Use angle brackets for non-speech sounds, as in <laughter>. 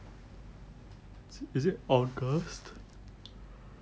is it august <breath>